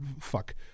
fuck